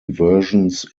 versions